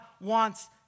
wants